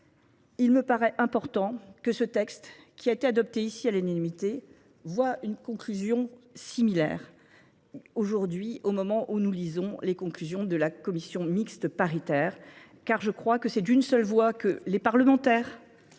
Il me paraît important que ce texte, qui a été adopté ici à l'énumité, voie une conclusion similaire. aujourd'hui au moment où nous lisons les conclusions de la Commission mixte paritaire, car je crois que c'est d'une seule voie que les parlementaires...